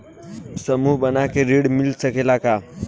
समूह बना के ऋण मिल सकेला का?